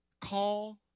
call